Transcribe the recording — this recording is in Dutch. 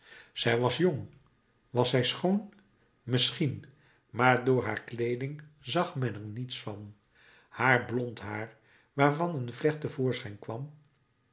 zij was jong was zij schoon misschien maar door haar kleeding zag men er niets van haar blond haar waarvan een vlecht te voorschijn kwam